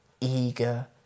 eager